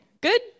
Good